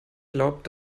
glaubt